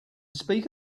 speak